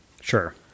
Sure